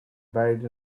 buried